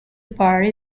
party